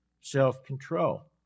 self-control